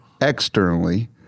externally